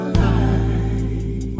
light